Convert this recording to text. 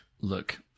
Look